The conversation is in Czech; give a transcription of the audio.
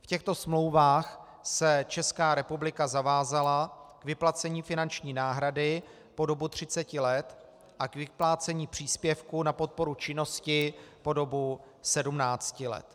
V těchto smlouvách se Česká republika zavázala k vyplácení finanční náhrady po dobu třiceti let a k vyplácení příspěvku na podporu činnosti po dobu sedmnácti let.